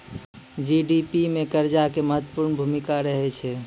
GDP मे कर्जा के महत्वपूर्ण भूमिका रहै छै